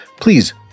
Please